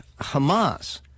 Hamas